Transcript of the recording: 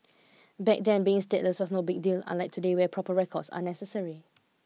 back then being stateless was no big deal unlike today where proper records are necessary